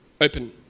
open